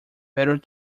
better